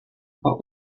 what